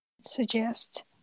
suggest